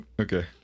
okay